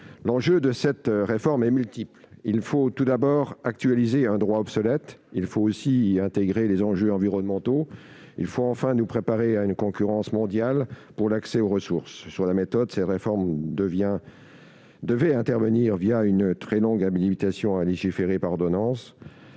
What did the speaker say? enjeux de cette réforme sont multiples ; il faut, tout d'abord, actualiser un droit obsolète ; il faut aussi intégrer les enjeux environnementaux ; il faut enfin nous préparer à une concurrence mondiale pour l'accès aux ressources. Sur la méthode, cette réforme devait intervenir une très longue habilitation à légiférer par ordonnance.